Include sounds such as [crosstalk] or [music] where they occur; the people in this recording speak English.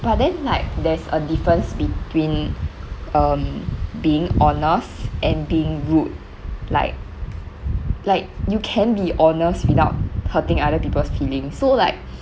but then like there's a difference between um being honest and being rude like like you can be honest without hurting other people's feelings so like [breath]